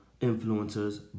influencers